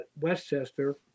Westchester